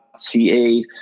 ca